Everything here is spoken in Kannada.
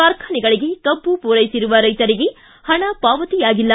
ಕಾರ್ಖಾನೆಗಳಿಗೆ ಕಬ್ಬು ಪೂರೈಸಿರುವ ರೈತರಿಗೆ ಹಣ ಪಾವತಿ ಆಗಿಲ್ಲ